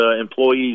employees